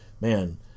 man